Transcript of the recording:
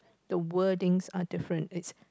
the wordings are different it's